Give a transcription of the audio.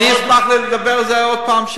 אני אשמח לדבר על זה עוד פעם,